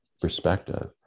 perspective